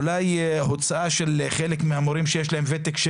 אולי הוצאה של חלק מהמורים שיש להם ותק,